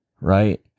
right